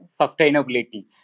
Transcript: sustainability